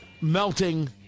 melting